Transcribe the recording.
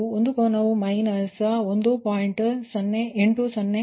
ಮತ್ತು ಒಂದು ಕೋನವು ಮೈನಸ್ 1